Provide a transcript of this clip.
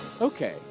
okay